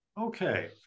Okay